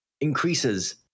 increases